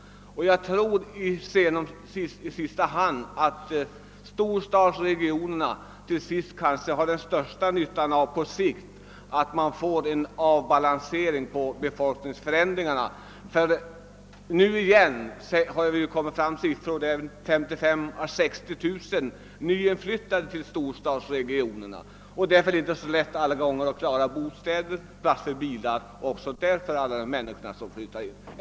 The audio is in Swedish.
I sista hand har kanske storstadsregionerna den största nyttan av att vi får en avbalansering av befolkningsförändringarna. Vi har nyss fått fram siffror som visar på 55 000 å 60 000 nyinflyttade i storstadsregionerna, och det är väl inte alla gånger så lätt att klara bostäder, plats för bilar o. s. v. för alla dessa människor.